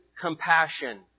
Compassion